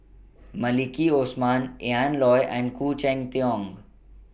Maliki Osman Ian Loy and Khoo Cheng Tiong